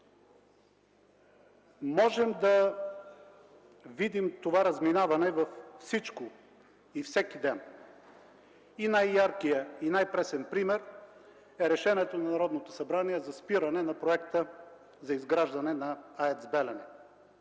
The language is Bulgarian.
Можем да видим това разминаване във всичко и всеки ден. Най-яркият и най-пресен пример е решението на Народното събрание за спиране на проекта за изграждане на АЕЦ „Белене”,